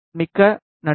மிக்க நன்றி